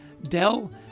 Dell